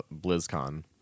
BlizzCon